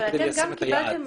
אבל אתם קיבלתם